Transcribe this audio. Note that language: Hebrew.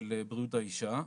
של בריאות האישה.